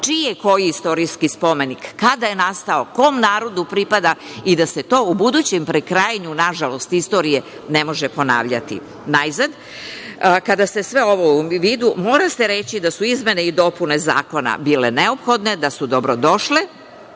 je koji istorijski spomenik, kada je nastao, kom narodu pripada, i da se to u budućem prekrajanju, nažalost, istorije, ne može ponavljati. Najzad, kada se sve ovo ima u vidu, mora se reći da su izmene i dopune Zakona bile neophodne, da su dobrodošle